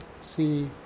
see